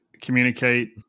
communicate